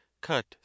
cut